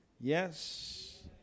Yes